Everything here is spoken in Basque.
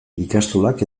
ikastolak